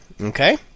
Okay